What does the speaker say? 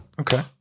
Okay